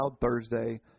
Thursday